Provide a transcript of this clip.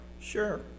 Sure